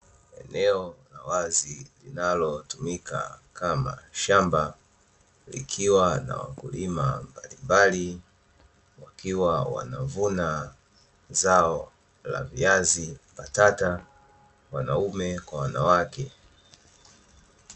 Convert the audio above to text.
Eneo la wazi linalotumika kama shamba likiwa na wakulima mbalimbali wakiwa wanavuna zao la viazi mbatata, wanaume kwa wanawake.